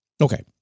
Okay